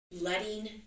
Letting